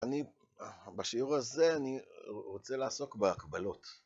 אני, בשיעור הזה, אני רוצה לעסוק בהקבלות